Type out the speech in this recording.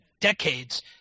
decades